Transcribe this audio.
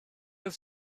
oedd